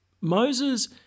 Moses